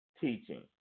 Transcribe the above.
teaching